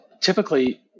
typically